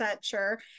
sure